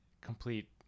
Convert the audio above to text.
complete